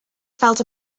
felt